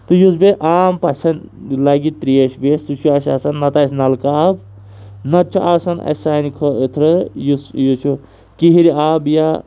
تہٕ یُس بیٚیہِ عام پَژھٮ۪ن لَگہِ ترٛیش ویش سُہ چھِ اَسہِ چھِ آسان نَتہٕ آسہِ نَلکہٕ آب نَتہٕ چھُ آسان اَسہِ سانہِ خٲطرٕ یُس یہِ چھُ کیر آب یا